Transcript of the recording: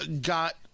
got